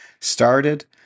started